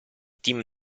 team